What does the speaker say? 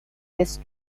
this